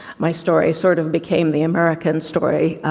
my story sort of became the american story,